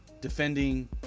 defending